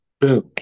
Boom